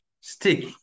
stick